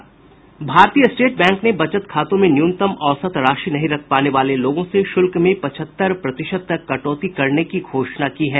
भारतीय state bank ने बचत खातों में न्यूनतम औसत राशि नहीं रख पाने वाले लोगों से शुल्क में पचहत्तर प्रतिशत तक कटौती करने की घोषणा की है